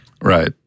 Right